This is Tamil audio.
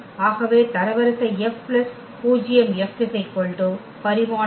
ஆகவே தரவரிசை பூஜ்யம் பரிமாணம்